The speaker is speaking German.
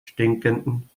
stinkenden